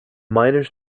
miners